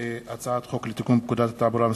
הצעת חוק לתיקון פקודת התעבורה (מס'